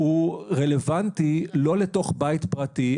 הוא רלוונטי לא לתוך בית פרטי,